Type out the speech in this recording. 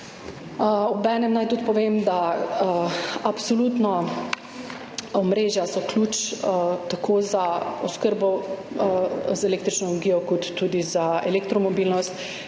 Obenem naj tudi povem, da so omrežja absolutno ključ tako za oskrbo z električno energijo kot tudi za elektromobilnost.